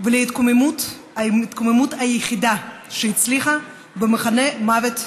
ולהתקוממות היחידה שהצליחה במחנה מוות כלשהו.